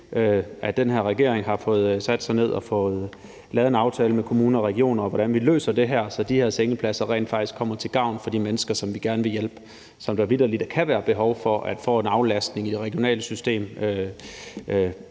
at den her regering har fået sat sig ned og fået lavet en aftale med kommuner og regioner om, hvordan vi løser det her, så de her sengepladser rent faktisk kommer til gavn for de mennesker, som vi gerne vil hjælpe, og hvor der vitterligt kan være et behov for at få en aflastning i det regionale system,